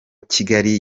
kigali